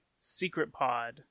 SECRETPOD